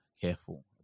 careful